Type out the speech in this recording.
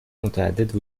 متعدد